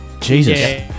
Jesus